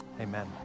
amen